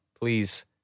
please